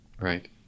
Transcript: Right